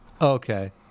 Okay